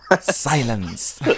Silence